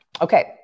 Okay